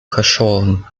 cachorro